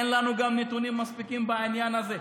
אין לנו נתונים מספיקים בעניין הזה.